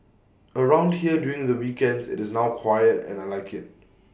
around here during the weekends IT is now quiet and I Like IT